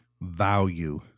value